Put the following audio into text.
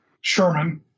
Sherman